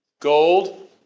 Gold